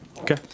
Okay